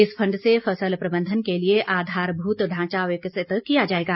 इस फंड से फसल प्रबंधन के लिए आधारभूत ढांचा विकसित किया जाएगा